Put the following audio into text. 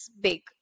big